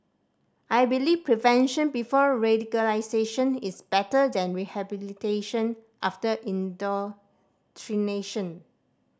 I believe prevention before radicalisation is better than rehabilitation after indoctrination